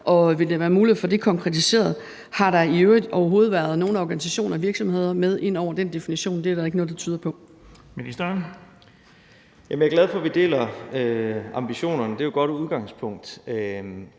vil det være muligt at få det konkretiseret? Har der i øvrigt overhovedet været nogen organisationer og virksomheder med ind over den definition? Det er der ikke noget der tyder på. Kl. 14:35 Den fg. formand (Erling Bonnesen):